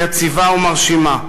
יציבה ומרשימה,